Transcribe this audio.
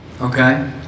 Okay